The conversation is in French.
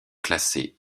classés